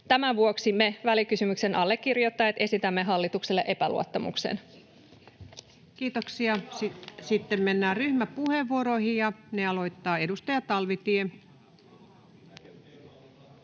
Tämän vuoksi me välikysymyksen allekirjoittajat esitämme hallitukselle epäluottamusta. Kiitoksia. — Sitten mennään ryhmäpuheenvuoroihin, ja ne aloittaa edustaja Talvitie.